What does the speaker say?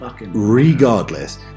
regardless